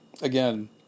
Again